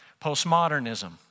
Postmodernism